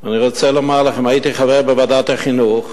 אני רוצה לומר לכם, הייתי חבר בוועדת החינוך,